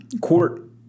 Court